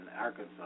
Arkansas